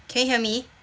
can you hear me